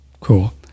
Cool